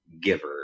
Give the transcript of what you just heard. giver